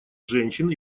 женщин